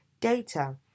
data